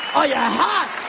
are ya hot?